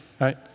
Right